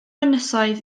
ynysoedd